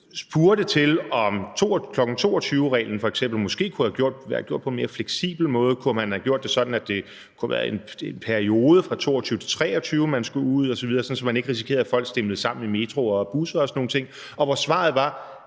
spurgte til, om kl. 22.00-reglen f.eks. måske kunne have være gjort på en mere fleksibel måde. Kunne man have gjort det sådan, at det kunne have været en periode fra kl. 22.00-23.00, man skulle ud osv., så man ikke risikerede, at folks stimlede sammen i metro og busser og sådan nogle ting? Og svaret var,